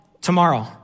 Tomorrow